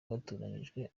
yatoranyijwe